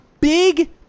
big